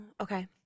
Okay